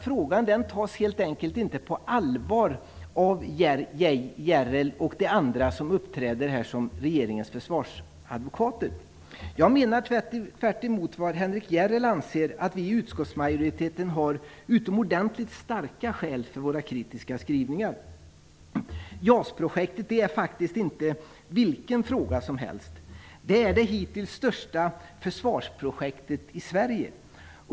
Frågan tas helt enkelt inte på allvar av Järrel och andra som här uppträder som regeringens försvarsadvokater. Jag menar tvärtemot vad Henrik Järrel anser att vi i utskottsmajoriteten har utomordentligt starka skäl för våra kritiska skrivningar. JAS-projektet är faktiskt inte vilken fråga som helst. Det är det hittills största försvarsprojektet i Sverige.